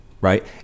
right